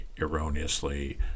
erroneously